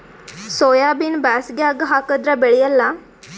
ಸೋಯಾಬಿನ ಬ್ಯಾಸಗ್ಯಾಗ ಹಾಕದರ ಬೆಳಿಯಲ್ಲಾ?